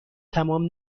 تمام